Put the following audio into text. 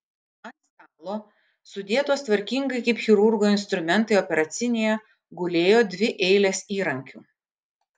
ant stalo sudėtos tvarkingai kaip chirurgo instrumentai operacinėje gulėjo dvi eilės įrankių